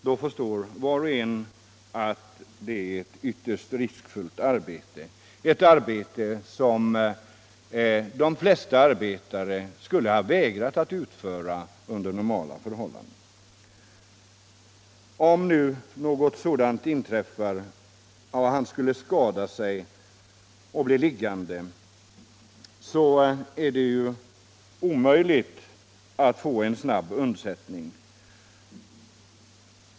Då förstår var och en att det var ett viterst riskfyllt arbete — ett arbete som de flesta arbetare skulle ha vägrat att utföra under normala förhållanden. Om han skulle skada sig och bli liggande var det ju omöjligt att få snabb undsättning.